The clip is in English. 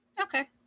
Okay